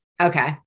Okay